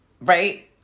Right